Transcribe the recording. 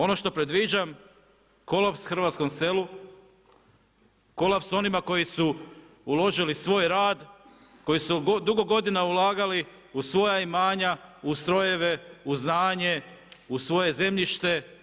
Ono što predviđam, kolaps hrvatskom selu, kolaps onima koji su uložili svoj rad, koji su dugo godina ulagali u svoja imanja, u strojeve, u znanje, u svoje zemljište.